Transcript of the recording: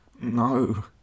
No